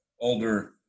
older